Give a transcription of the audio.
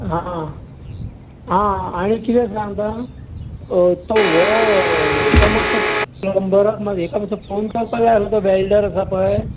हां आं आनी कितें सांगता तो वो हेका मात्सो प्लंबराक तो फॉन करता वॅल्डर आसा पळय